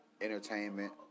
entertainment